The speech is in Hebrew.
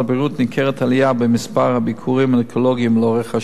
ניכרת עלייה במספר הביקורים האונקולוגיים לאורך השנים.